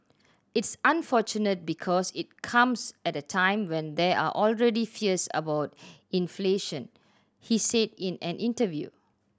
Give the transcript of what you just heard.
it's unfortunate because it comes at a time when there are already fears about inflation he said in an interview